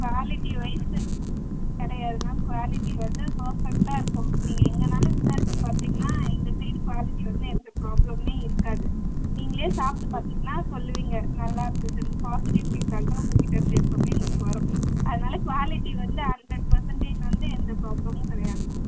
qualitywise கிடையாது ma'am quality வந்து பெர்ஃபெக்ட்டாக இருக்கும் நீங்கள் எங்கேனாலும் விசாரித்து பார்த்தீங்கன்னா எங்கள் சைடு குவாலிட்டி வந்து எந்த ப்ராப்ளமுமே இருக்காது நீங்களே சாப்பிட்டு பார்த்தீங்கன்னா சொல்வீங்க நல்லா இருந்ததுன்னு பாசிட்டிவ் ஃபீட் பேக் தான் உங்கள் கிட்டே இருந்து எப்பவுமே எங்களுக்கு வரும் அதனால் குவாலிட்டி வந்து ஹண்ட்ரட் பெர்சன்டேஜ் வந்து எந்த ப்ராப்ளமும் கிடையாது மேம்